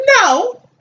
No